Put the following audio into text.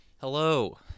Hello